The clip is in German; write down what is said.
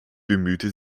bemühte